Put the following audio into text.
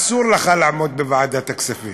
אסור לך לעמוד בוועדת הכספים,